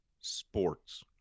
sports